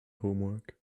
homework